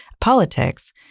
politics